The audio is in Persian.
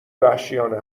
وحشیانه